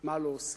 מה לא עושים.